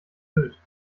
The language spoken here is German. sylt